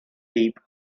deep